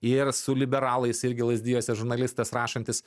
ir su liberalais irgi lazdijuose žurnalistas rašantis